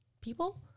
people